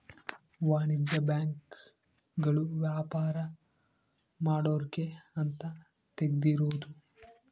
ವಾಣಿಜ್ಯ ಬ್ಯಾಂಕ್ ಗಳು ವ್ಯಾಪಾರ ಮಾಡೊರ್ಗೆ ಅಂತ ತೆಗ್ದಿರೋದು